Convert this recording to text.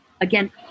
Again